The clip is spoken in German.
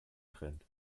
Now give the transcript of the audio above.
trend